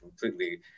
completely